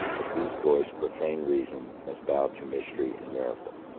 at whose voice profane reason must bow to mystery and miracle.